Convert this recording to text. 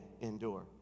endure